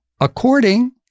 according